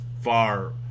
far